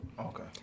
Okay